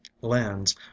lands